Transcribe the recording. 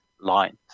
lines